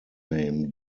name